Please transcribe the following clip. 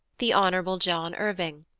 the hon. john erving,